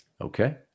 Okay